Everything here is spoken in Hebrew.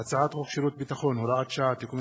הצעת חוק שירות ביטחון (הוראת שעה) (תיקון מס'